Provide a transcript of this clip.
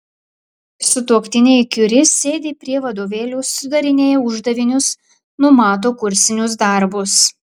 sutuoktiniai kiuri sėdi prie vadovėlių sudarinėja uždavinius numato kursinius darbus